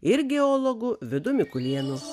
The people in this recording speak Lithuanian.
ir geologu vidu mikulėnu